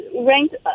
ranked